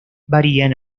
varían